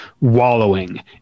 wallowing